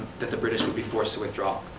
that the british would be forced to withdraw.